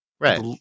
Right